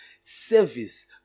Service